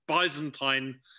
Byzantine